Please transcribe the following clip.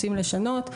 רוצים לשנות,